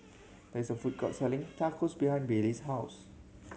there is a food court selling Tacos behind Bailey's house